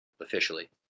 officially